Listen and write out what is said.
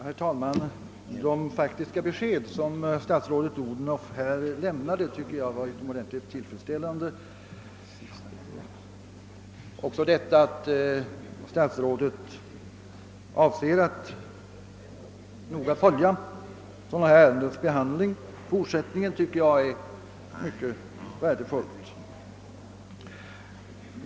Herr talman! De faktiska besked som Statsrådet Odhnoff här lämnade, tycker jag är utomordentligt tillfredsställande. Att statsrådet avser att noga föl Ja här berörda ärendens behandling i fortsättningen, anser jag är mycket värdefullt.